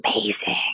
amazing